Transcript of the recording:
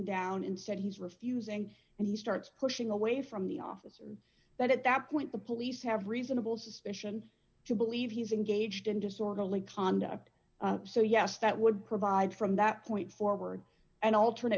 down instead he's refusing and he starts pushing away from the officer that at that point the police have reasonable suspicion to believe he's engaged in disorderly conduct so yes that would provide from that point forward an alternate